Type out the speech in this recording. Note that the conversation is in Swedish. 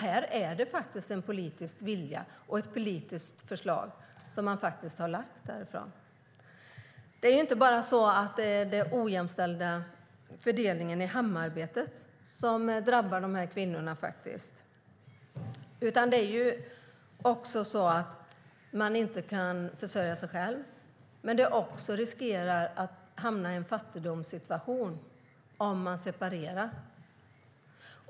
Här uttrycks en politisk vilja, och det är ett politiskt förslag som har lagts fram. Det är inte bara den ojämställda fördelningen av hemarbetet som drabbar de här kvinnorna, utan det blir också så att de inte kan försörja sig själva. De riskerar att hamna i en fattigdomssituation om de separerar.